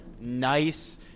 nice